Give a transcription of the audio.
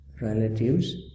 relatives